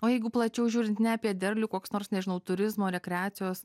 o jeigu plačiau žiūrint ne apie derlių koks nors nežinau turizmo rekreacijos